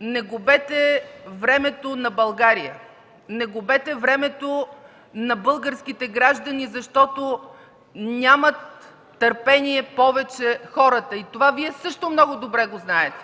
не губете времето на България, не губете времето на българските граждани, защото нямат повече търпение хората. И това Вие също много добре го знаете.